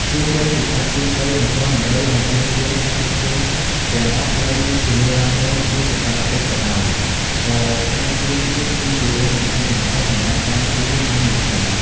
ទោះបីជាច្បាប់ទូទៅមិនទាន់តម្រូវឲ្យយានយន្តឯកជនទាំងអស់ត្រូវមានធានារ៉ាប់រងជាកាតព្វកិច្ចក៏ដោយ ក៏ការមានវាគឺជារឿង សំខាន់បំផុតសម្រាប់ការពារហានិភ័យ។